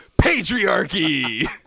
Patriarchy